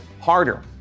harder